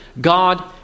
God